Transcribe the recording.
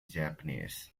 japanese